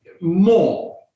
more